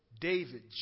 David